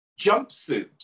jumpsuit